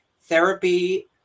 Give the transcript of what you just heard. therapy